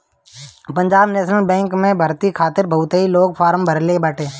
Punjab national bank में भर्ती खातिर बहुते लोग फारम भरले बाटे